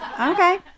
Okay